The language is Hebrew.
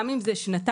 גם אם זה שנתיים,